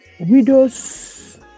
widows